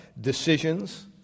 decisions